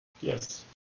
Yes